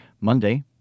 Monday